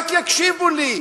הם רק יקשיבו לי.